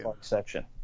section